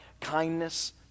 kindness